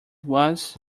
was